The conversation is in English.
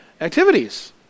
activities